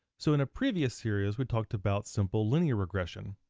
so in a previous series we talked about simple linear regression,